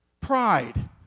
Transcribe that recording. Pride